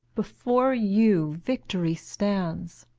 before you victory stands,